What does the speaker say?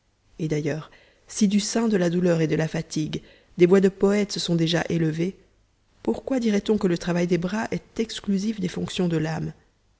et d'ailleurs si du sein de la douleur et de la fatigue des voix de poètes se sont déjà élevées pourquoi dirait-on que le travail des bras est exclusif des fonctions de l'âme